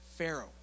Pharaoh